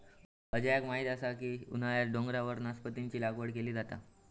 अजयाक माहीत असा की उन्हाळ्यात डोंगरावर नासपतीची लागवड केली जाता